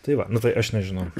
tai va nu tai aš nežinau